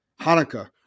Hanukkah